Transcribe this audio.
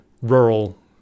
rural